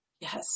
Yes